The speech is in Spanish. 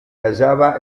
hallaba